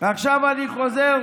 ועכשיו אני חוזר,